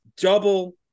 double